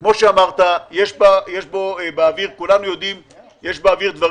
כמו שאמרת, יש באוויר דברים,